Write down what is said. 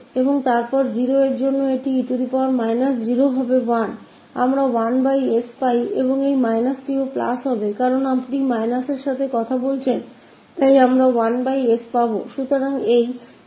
और फिर 0 के लिए हमारे पास 𝑒−0 है जो 1 है इसलिए हमें मिलता है 1s और इस शून्य से भी प्लस हो जाएगा क्योंकि आप शून्य के बारे में बात कर रहे हैं इसलिए हमें मिलता है 1s